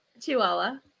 Chihuahua